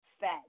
fed